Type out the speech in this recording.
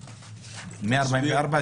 פה.